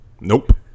Nope